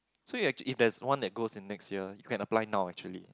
so your if there's one that goes in next year you can apply now actually